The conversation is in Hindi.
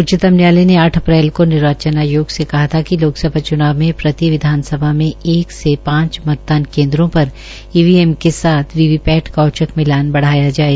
उच्चतम न्यायालय ने आठ अप्रैल को निर्वाचन आयोगसे कहा था कि लोकसभा च्नाव में प्रति विधानसभा में एक से ांच मतदान केन्द्रों र ईवीएम के साथ वीवी पैट का औचक मिलान बढ़ाया जाये